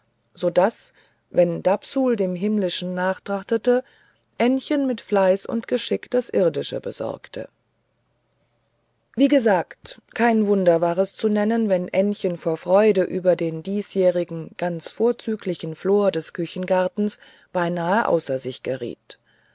so daß wenn dapsul dem himmlischen nachtrachtete ännchen mit fleiß und geschick das irdische besorgte wie gesagt kein wunder war es zu nennen wenn ännchen vor freude über den diesjährigen ganz vorzüglichen flor des küchengartens beinahe außer sich geriet